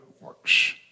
works